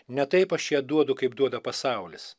ne taip aš ją duodu kaip duoda pasaulis